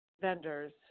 vendors